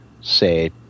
say